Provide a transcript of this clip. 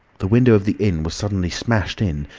the window of the inn was suddenly smashed in,